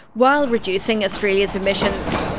while reducing australia's emissions.